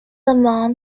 among